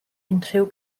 unrhyw